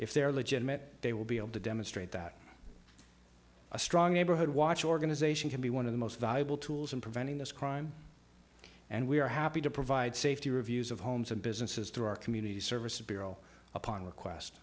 if they're legitimate they will be able to demonstrate that a strong neighborhood watch organization can be one of the most valuable tools in preventing this crime and we are happy to provide safety reviews of homes and businesses through our community services bureau upon request